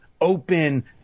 open